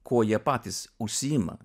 kuo jie patys užsiima